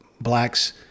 blacks